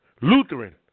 Lutheran